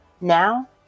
now